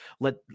let